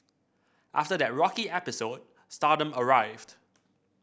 after that rocky episode stardom arrived